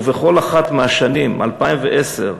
ובכל אחת מהשנים 2010,